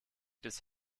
des